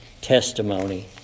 testimony